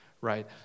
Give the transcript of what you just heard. right